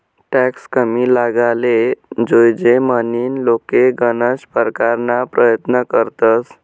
tax कमी लागाले जोयजे म्हनीन लोके गनज परकारना परयत्न करतंस